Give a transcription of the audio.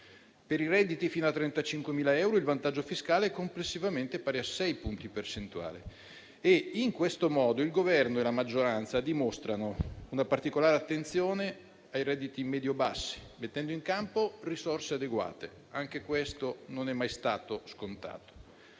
Per i redditi fino a 35.000 euro il vantaggio fiscale è complessivamente pari a 6 punti percentuali. In questo modo il Governo e la maggioranza dimostrano una particolare attenzione ai redditi medio bassi, mettendo in campo risorse adeguate; anche questo non è mai stato scontato.